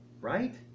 right